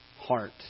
heart